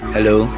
Hello